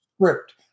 script